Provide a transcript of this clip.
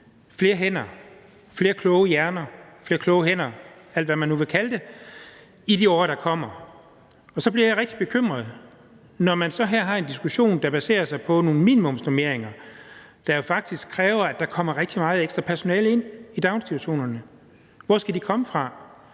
til at mangle flere kloge hænder, flere kloge hoveder – hvad man nu vil kalde det – i de år, der kommer. Og så bliver jeg rigtig bekymret, når man så her har en diskussion, der baserer sig på nogle minimumsnormeringer, der jo faktisk kræver, at der kommer rigtig meget ekstra personale ind i daginstitutionerne. Hvor skal det komme fra?